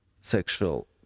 sexual